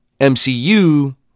mcu